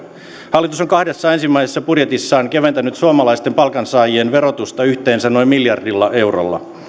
hallitus on kahdessa ensimmäisessä budjetissaan keventänyt suomalaisten palkansaajien verotusta yhteensä noin miljardilla eurolla